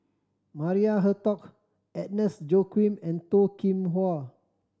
Maria Hertogh Agnes Joaquim and Toh Kim Hwa